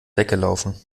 weggelaufen